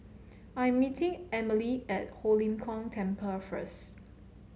I'm meeting Emelie at Ho Lim Kong Temple first